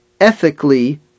ethically